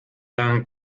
dank